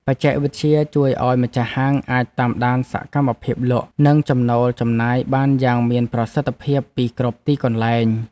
បច្ចេកវិទ្យាជួយឱ្យម្ចាស់ហាងអាចតាមដានសកម្មភាពលក់ និងចំណូលចំណាយបានយ៉ាងមានប្រសិទ្ធភាពពីគ្រប់ទីកន្លែង។